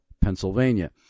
Pennsylvania